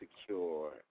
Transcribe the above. secure